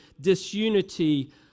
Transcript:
disunity